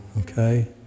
okay